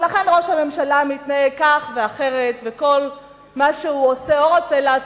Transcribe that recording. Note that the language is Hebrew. ולכן ראש הממשלה מתנהג כך ואחרת וכל מה שהוא עושה או רוצה לעשות,